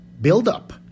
buildup